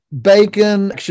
bacon